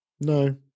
No